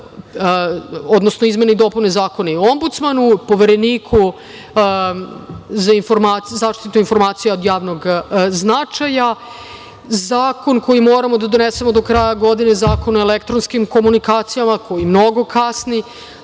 odnosno izmene i dopune Zakona i o Ombudsmanu, Povereniku za zaštitu informacija od javnog značaja. Zakon koji moramo da donesemo do kraja godine je Zakon o elektronskim komunikacijama koji mnogo kasni. To